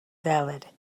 valid